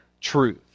truth